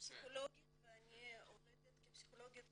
פסיכולוגית ואני עובדת כפסיכולוגית